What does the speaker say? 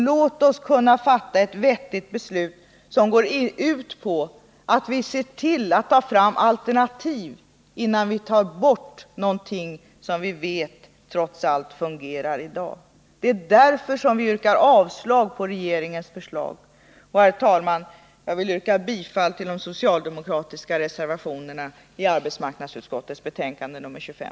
Låt oss fatta ett vettigt beslut, som går ut på att vi ser till att ta fram alternativ innan vi tar bort någonting som vi vet trots allt fungerar i dag! Det är därför som vi yrkar avslag på regeringens förslag. Herr talman! Jag vill yrka bifall till de socialdemokratiska reservationerna i arbetsmarknadsutskottets betänkande nr 25.